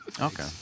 Okay